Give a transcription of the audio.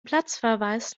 platzverweis